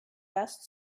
best